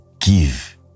give